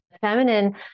feminine